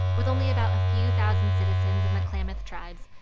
with only about a few thousand citizens in the klamath tribes,